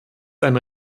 eine